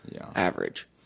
average